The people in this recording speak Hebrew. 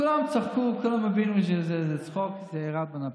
כולם צחקו, כולם הבינו שזה צחוק, וזה ירד מהפרק.